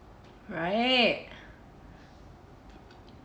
right